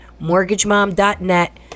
mortgagemom.net